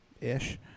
Ish